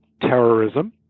terrorism